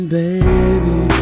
baby